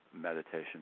meditation